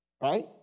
right